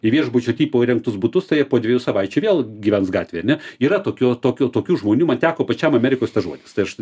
į viešbučio tipo įrengtus butus tai jie po dviejų savaičių vėl gyvens gatvėj ar ne yra tokiu tokiu tokių žmonių man teko pačiam amerikoj stažuotis tai aš